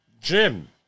Jim